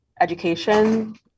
education